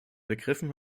begriffen